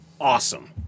Awesome